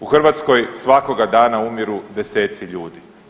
U Hrvatskoj svakoga dana umiru deseci ljudi.